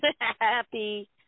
Happy